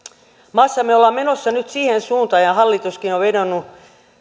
maassamme ollaan menossa nyt siihen suuntaan ja ja hallituskin on on vedonnut